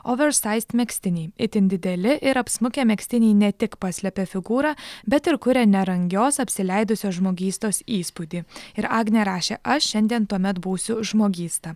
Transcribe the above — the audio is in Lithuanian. oversized megztiniai itin dideli ir apsmukę megztiniai ne tik paslepia figūrą bet ir kuria nerangios apsileidusios žmogystos įspūdį ir agnė rašė aš šiandien tuomet būsiu žmogysta